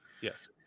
Yes